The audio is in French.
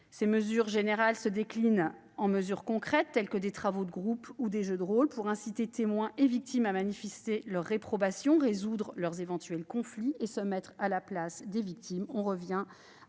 Elles peuvent se décliner en mesures concrètes, telles que des travaux de groupe ou des jeux de rôle, pour inciter témoins et victimes à manifester leur réprobation, résoudre les éventuels conflits et se mettre à la place des victimes.